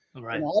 Right